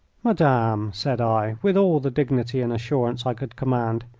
madame, said i, with all the dignity and assurance i could command,